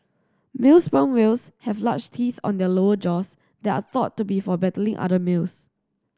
male sperm whales have large teeth on their lower jaws that are thought to be for battling other males